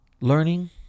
Learning